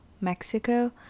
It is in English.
Mexico